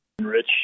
Rich